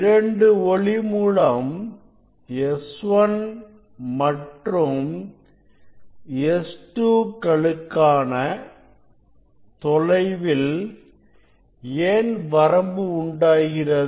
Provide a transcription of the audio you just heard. இரண்டு ஒளி மூலம் S1 S2 களுக்கான தொலைவில் ஏன் வரம்பு உண்டாகிறது